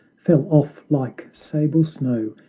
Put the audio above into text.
fell off like sable snow,